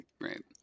right